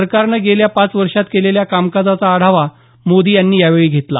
सरकारनं गेल्या पाच वर्षांत केलेल्या कामकाजाचा आढावा मोदी यांनी यावेळी घेतला